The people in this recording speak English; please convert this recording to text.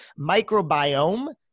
microbiome